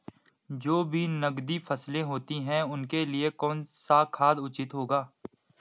जो भी नकदी फसलें होती हैं उनके लिए कौन सा खाद उचित होगा?